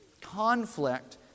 conflict